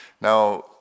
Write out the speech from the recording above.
Now